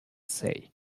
say